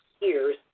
years